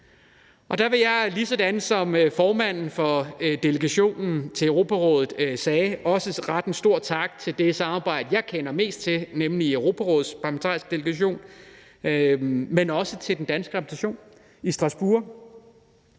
Og der vil jeg, ligesom formanden for delegationen til Europarådet gjorde, rette en stor tak for det samarbejde, jeg kender mest til, nemlig i Europarådets Parlamentariske Forsamling, men også til den danske repræsentation i Strasbourg.